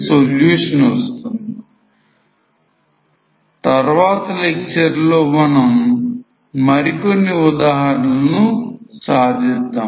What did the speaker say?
తర్వాత లెక్చర్ లో మనం మరి కొన్ని ఉదాహరణలను సాధిద్దాం